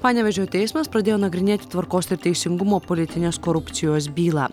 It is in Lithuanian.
panevėžio teismas pradėjo nagrinėti tvarkos ir teisingumo politinės korupcijos bylą